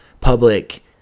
public